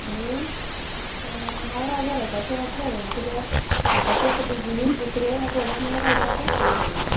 आणी हांव रागरसाो अशें घातलें हांवें कद्या म्हाका ती आतां बेगीनूच दुसरे्या आठवड्याक म्हणळल्यार घालपाक जाय आसलीी साडी